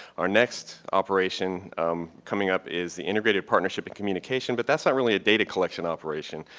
our next operation coming up is the integrated partnership and communication but that's not really a data collection operation.